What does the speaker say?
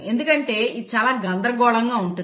ఎందుకంటే అది చాలా గందరగోళంగా ఉంటుంది